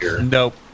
Nope